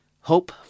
Hope